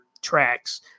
tracks